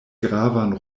gravan